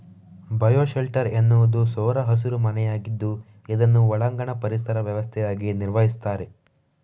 bio shelter ಎನ್ನುವುದು ಸೌರ ಹಸಿರು ಮನೆಯಾಗಿದ್ದು ಇದನ್ನು ಒಳಾಂಗಣ ಪರಿಸರ ವ್ಯವಸ್ಥೆಯಾಗಿ ನಿರ್ವಹಿಸ್ತಾರೆ